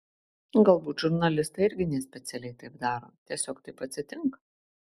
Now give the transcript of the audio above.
galbūt žurnalistai irgi nespecialiai taip daro tiesiog taip atsitinka